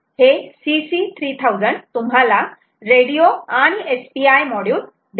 हे CC 3000 तुम्हाला radio आणि SPI मॉड्यूल देते